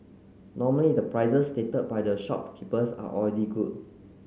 normally the prices stated by the shopkeepers are already good